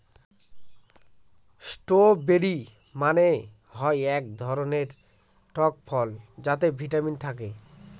strawberry মানে হয় এক ধরনের টক ফল যাতে ভিটামিন থাকে